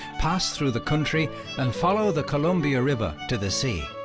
pass through the country and follow the columbia river to the sea.